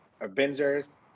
Avengers